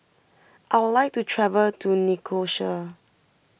I would like to travel to Nicosia